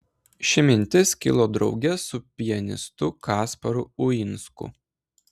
ši mintis kilo drauge su pianistu kasparu uinsku